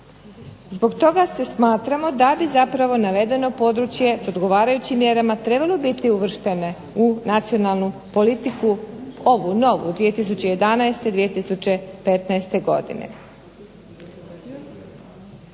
Zbog toga smatramo da bi zapravo navedeno područje s odgovarajućim mjerama trebalo biti uvršteno u nacionalnu politiku ovu novu 2011.-2015. godine.